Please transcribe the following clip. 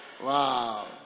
Wow